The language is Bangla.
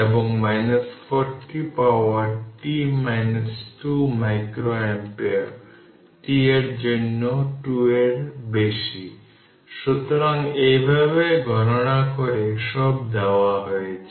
এবং 40 পাওয়ার t 2 মাইক্রোঅ্যাম্পিয়ার t এর জন্য 2 এর বেশি সুতরাং এইভাবে গণনা করে সব দেওয়া হয়েছে